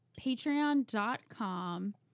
patreon.com